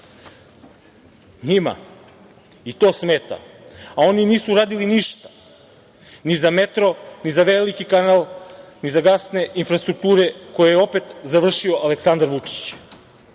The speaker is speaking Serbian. Njima i to smeta. A oni nisu uradili ništa, ni za metro, ni za veliki kanal, ni za gasne infrastrukture, koje je opet završio Aleksandar Vučić. Ono